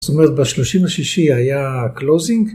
זאת אומרת, בשלושים לשישי היה closing.